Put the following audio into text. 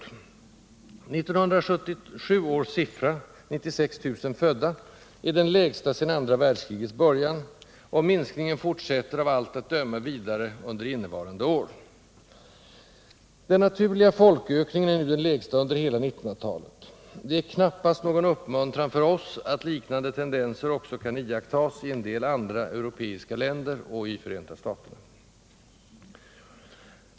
1977 års siffra, 96 000 födda, är den lägsta sedan andra världskrigets början, och minskningen fortsätter av allt att döma vidare under innevarande år. Den naturliga folkökningen är nu den lägsta under hela 1900-talet. Det är knappast någon uppmuntran för oss att liknande tendenser också kan iakttas i en del andra europeiska länder och i Förenta staterna.